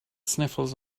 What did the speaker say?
sniffles